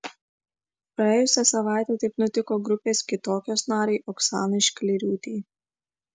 praėjusią savaitę taip nutiko grupės kitokios narei oksanai šklėriūtei